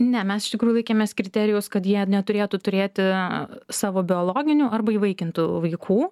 ne mes iš tikrųjų laikėmės kriterijus kad jie neturėtų turėti savo biologinių arba įvaikintų vaikų